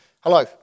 Hello